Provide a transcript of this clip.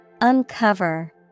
Uncover